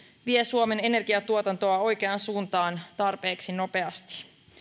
vie suomen energiatuotantoa oikeaan suuntaan tarpeeksi nopeasti